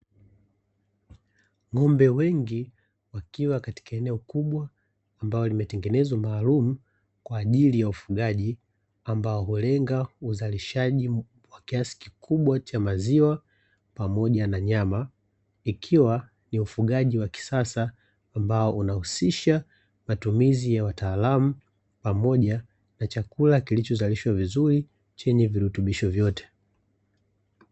Ng'ombe wengi wakiwa katika eneo kubwa ambalo limetengenezwa maalumu kwa ajili ya ufugaji, ambao hulenga uzalishaji wa kiasi kikubwa cha maziwa pamoja na nyama, ikiwa ni ufugaji wa kisasa ambao unahusisha matumizi ya wataalamu pamoja na chakula kilichozalishwa vizuri chenye virutubisho vyote.